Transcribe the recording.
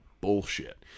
bullshit